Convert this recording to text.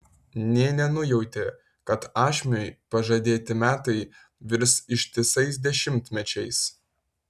nė nenujautė kad ašmiui pažadėti metai virs ištisais dešimtmečiais